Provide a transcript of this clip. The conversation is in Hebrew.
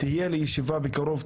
תהיה לי ישיבה בקרוב,